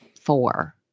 four